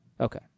Okay